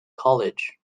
college